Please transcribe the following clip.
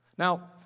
Now